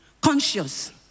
conscious